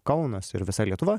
kaunas ir visa lietuva